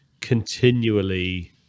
continually